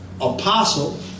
apostle